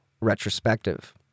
retrospective